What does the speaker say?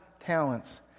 talents